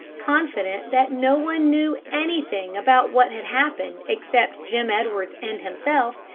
confident that no one knew anything about what had happened except jim edwards and himself,